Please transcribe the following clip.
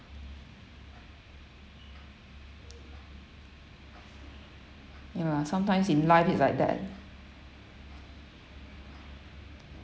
ya sometimes in life it's like that